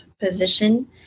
position